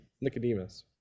Nicodemus